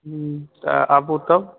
तऽ आबू तब